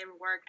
work